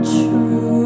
true